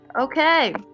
Okay